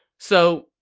so,